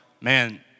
man